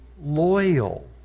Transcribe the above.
loyal